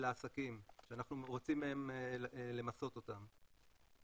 של העסקים, שאנחנו רוצים למסות אותם.